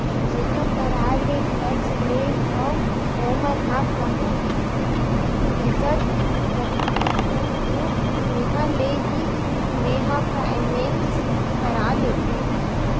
जेखर करा ले टेक्टर लेय हव ओमन ह कहूँ थेरेसर रखतिस तब तो उहाँ ले ही मैय फायनेंस करा लेतेव